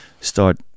start